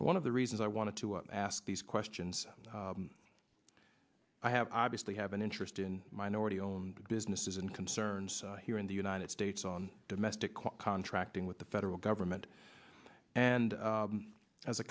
and one of the reasons i wanted to ask these questions i have obviously have an interest in minority owned businesses and concerned here in the united states on domestic contracting with the federal government and as a